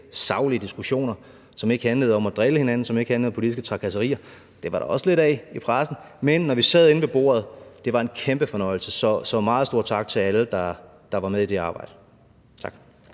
saglige diskussioner, som ikke handlede om at drille hinanden, som ikke handlede om politiske trakasserier – det var der også lidt af, i pressen. Men når vi sad inde ved bordet, var det en kæmpe fornøjelse. Så meget stor tak til alle, der var med i det arbejde. Tak.